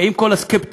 עם כל הסקפטיות,